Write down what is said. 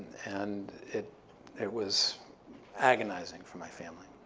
and it it was agonizing for my family.